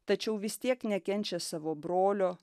tačiau vis tiek nekenčia savo brolio